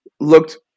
looked